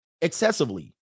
excessively